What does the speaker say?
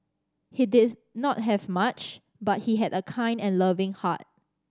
he did not have much but he had a kind and loving heart